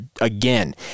again